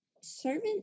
servant